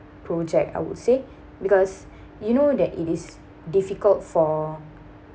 project I would say because you know that it is difficult for